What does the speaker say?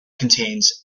contains